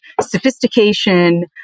sophistication